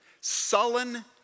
sullen